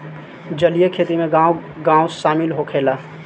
जलीय खेती में गाँव गाँव शामिल होखेला